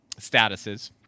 statuses